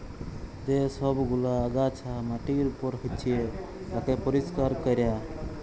যে সব গুলা আগাছা মাটির উপর হচ্যে তাকে পরিষ্কার ক্যরা